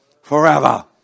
Forever